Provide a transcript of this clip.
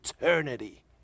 eternity